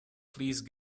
please